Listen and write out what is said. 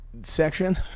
section